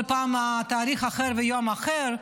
כל פעם תאריך אחר ויום אחר.